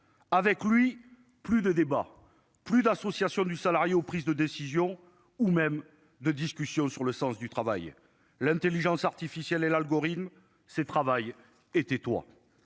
avec lui plus de débats plus d'associations du salarié aux prises de décision ou même de discussion sur le sens du travail. L'Intelligence artificielle et l'algorithme c'est travaille et tais-toi.